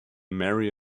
maria